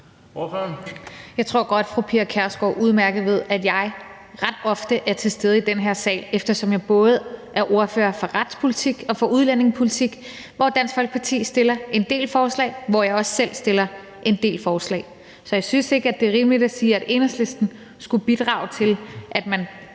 Jeg tror, fru Pia Kjærsgaard udmærket ved, at jeg ret ofte er til stede i den her sal, eftersom jeg både er ordfører for retspolitik og for udlændingepolitik, hvor Dansk Folkeparti fremsætter en del forslag, og hvor jeg også selv fremsætter en del forslag. Så jeg synes ikke, det er rimeligt at sige, at Enhedslisten skulle bidrage til, at man